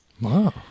Wow